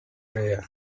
prayer